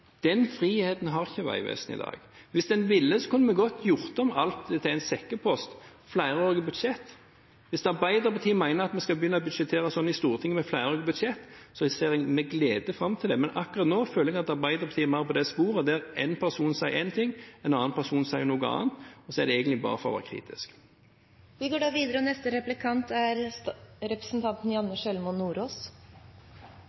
Den friheten har ikke Vegvesenet i dag. Hvis en ville, kunne vi godt gjort om alt til en sekkepost, flerårige budsjetter. Hvis Arbeiderpartiet mener at vi skal begynne å budsjettere sånn i Stortinget, med flerårige budsjetter, ser jeg med glede fram til det. Men akkurat nå føler jeg at Arbeiderpartiet mer er på det sporet der en person sier én ting, en annen person sier noe annet, og så er det egentlig bare for å være kritisk. Da